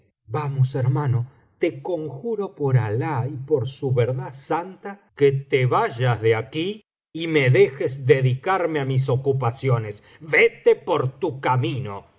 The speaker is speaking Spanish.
vamos hermano te conjuro por alahy por su verdad santa que te vayas de aquí y me dejes dedicarme á mis ocupaciones vete por tu camino